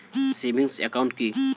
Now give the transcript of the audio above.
Savings account কি?